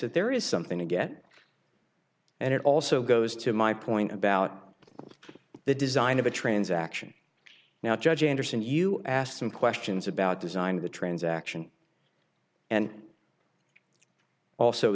that there is something to get and it also goes to my point about the design of a transaction now judge anderson you asked some questions about designed the transaction and also